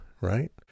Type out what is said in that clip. right